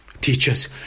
teachers